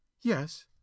Yes